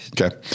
Okay